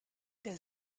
der